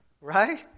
Right